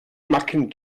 macken